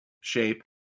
shape